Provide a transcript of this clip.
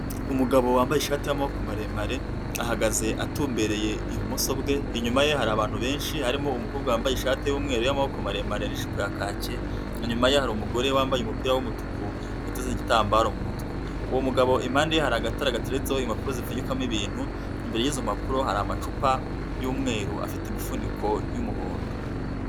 Umugabo wambaye ishati y'amaboko maremare, ahagaze atumbereye ibumoso bwe, inyuma ye hari abantu benshi harimo umukobwa wambaye ishati y'umweru y'amaboko maremare n'ijipo ya kake, inyuma ye hari umugore wambaye umupira w'umutuku, uteza n'igitambaro mu mutwe, uwo mugabo impande ye hari agatara gateretseho impapuro zipfunyikwamo ibintu, imbere y'izopapuro hari amacupa y'umweru afite imifuniko y'umuhondo.